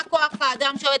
מה כוח האדם שעבוד,